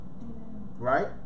Right